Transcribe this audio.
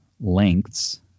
lengths